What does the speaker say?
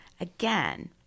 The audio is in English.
Again